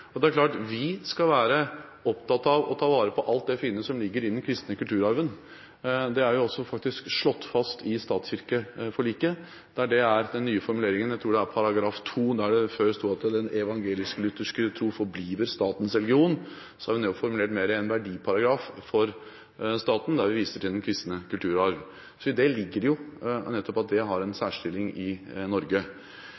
Det er klart at vi skal være opptatt av å ta vare på alt det fine som ligger i den kristne kulturarven. Det er også faktisk slått fast i statskirkeforliket, der det er en ny formulering – jeg tror det er til § 2. Der det før sto at «den evangelisk-lutherske Religion forbliver Statens Religion», har vi nå formulert mer en verdiparagraf for staten, der vi viser til den kristne kulturarv. I dette ligger det at den kristne kulturarv har en